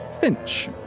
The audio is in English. Finch